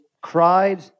cried